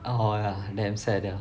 oh !wah! damn sad ya